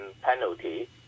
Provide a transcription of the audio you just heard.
penalty